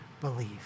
believe